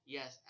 Yes